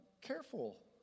careful